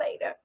later